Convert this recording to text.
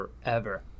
forever